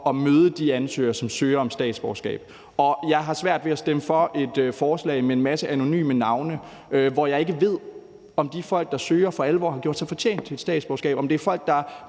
at møde de ansøgere, som søger om statsborgerskab. Og jeg har svært ved at stemme for et forslag med en masse anonyme navne, hvor jeg ikke ved, om de folk, der søger, for alvor har gjort sig fortjent til et statsborgerskab – om det er folk, der